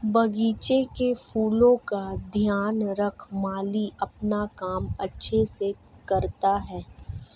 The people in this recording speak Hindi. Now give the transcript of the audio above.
बगीचे के फूलों का ध्यान रख माली अपना काम अच्छे से करता है